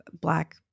Black